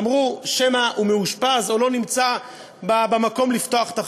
אמרו: שמא הוא מאושפז או לא נמצא במקום לפתוח את החנות.